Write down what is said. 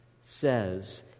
says